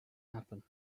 happen